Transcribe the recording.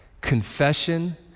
Confession